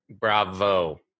Bravo